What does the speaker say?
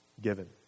given